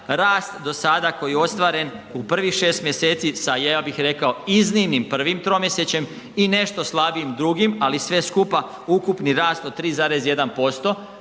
rast koji je do sada ostvaren u prvih 6 mjeseci sa, ja bih rekao, iznimnim prvim tromjesečjem i nešto slabijim drugim, ali sve skupa ukupni rast od 3,1%